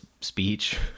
speech